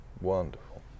wonderful